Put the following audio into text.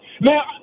Now